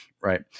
Right